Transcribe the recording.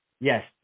Yes